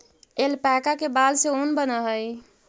alpaca के बाल से ऊन बनऽ हई